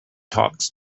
talks